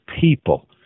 people